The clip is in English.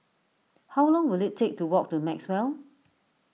how long will it take to walk to Maxwell